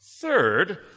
Third